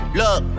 look